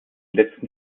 letzten